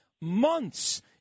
months